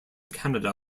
canada